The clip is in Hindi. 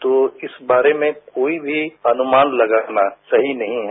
तो इस बारे में कोई भी अनुमान लगाना सही नहीं है